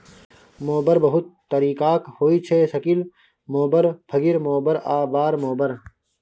mower बहुत तरीकाक होइ छै सिकल मोबर, फिंगर मोबर आ बार मोबर